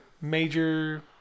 major